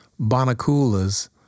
Bonaculas